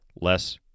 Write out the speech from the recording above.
less